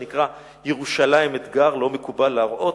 שנקרא "ירושלים אתגר" לא מקובל להראות.